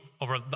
over